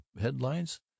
headlines